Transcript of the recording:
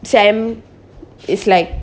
sam is like